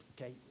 Okay